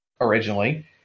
originally